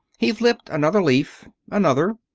he flipped another leaf another.